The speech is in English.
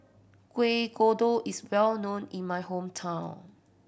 Kueh Kodok is well known in my hometown